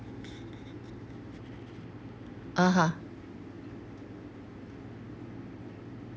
(uh huh)